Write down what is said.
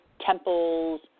temples